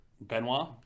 Benoit